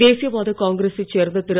தேசியவாத காங்கிரசை சேர்ந்த திரு